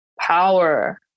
power